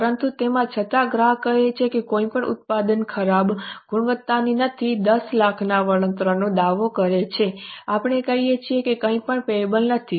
પરંતુ તેમ છતાં ગ્રાહક કહે છે કે કોઈપણ ઉત્પાદન ખરાબ ગુણવત્તાની નથી 10 લાખના વળતરનો દાવો કરે છે આપણે કહીએ છીએ કે કંઈપણ પેયેબલ્સ નથી